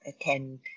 attend